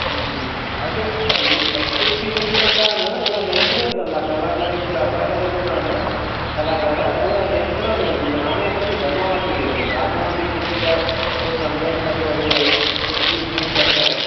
अॻिए एक्टिंग बि जेके कंदा हुआ न उहे नेचुरल कंदा हुआ कलाकारी जेका अदाकारी कंदा हुआ न कलाकार उहे नेचुरल हूंदी हाणे सॼी बनावटी थी लॻे गाना बि ॾिसो त कुझु सम्झ में न थो अचे कुझु बि खणी करे था वेहनि